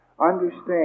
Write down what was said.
understand